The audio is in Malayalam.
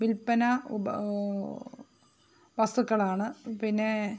വിൽപ്പന വസ്തുക്കളാണ് പിന്നെ